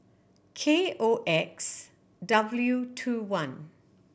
K O X W two one